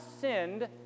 sinned